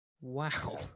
wow